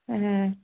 হ্যাঁ